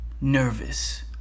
nervous